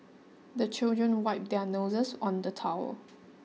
the children wipe their noses on the towel